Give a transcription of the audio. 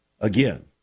Again